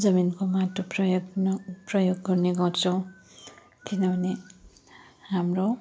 जमिनको माटो प्रयोग न प्रयोग गर्ने गर्छौँ किनभने हाम्रो